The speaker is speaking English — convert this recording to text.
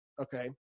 Okay